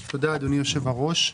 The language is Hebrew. תודה, אדוני היושב בראש.